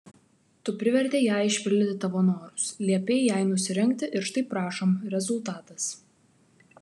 tu privertei ją išpildyti tavo norus liepei jai nusirengti ir štai prašom rezultatas